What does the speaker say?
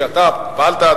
שאתה פעלת,